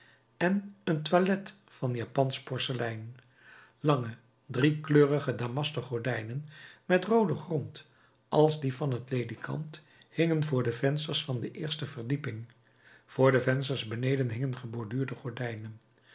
en een toilet van japansch porselein lange driekleurige damasten gordijnen met rooden grond als die van het ledikant hingen voor de vensters van de eerste verdieping voor de vensters beneden hingen geborduurde gordijnen